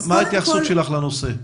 מה ההתייחסות שלך לנושא?